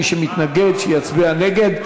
מי שמתנגד שיצביע נגד.